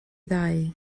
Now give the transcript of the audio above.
ddau